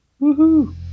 Woohoo